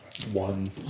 One